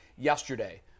yesterday